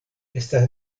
estas